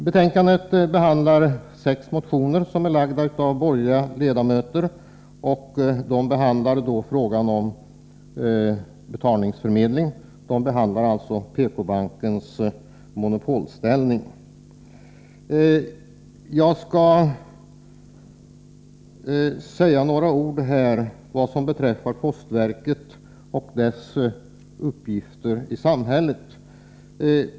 Betänkandet behandlar sex motioner som är väckta av borgerliga ledamöter och gäller frågan om betalningsförmedling och PK-bankens monopolställning. Jag skall säga några ord om postverket och dess uppgifter i samhället.